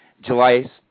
July